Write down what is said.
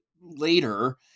later